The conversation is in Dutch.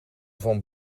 van